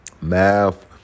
math